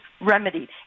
remedied